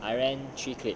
I ran three click